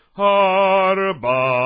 harba